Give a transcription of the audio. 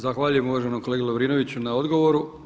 Zahvaljujem uvaženom kolegi Lovrinoviću na odgovoru.